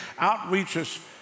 outreaches